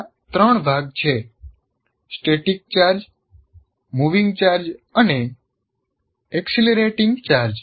ત્યાં ત્રણ ભાગ છે સ્ટેટિક ચાર્જ મૂવિંગ ચાર્જ અને એક્સિલરેટિંગ ચાર્જ